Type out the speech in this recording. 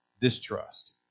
distrust